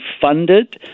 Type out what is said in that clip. funded